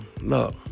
look